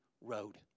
road